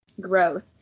growth